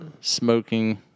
smoking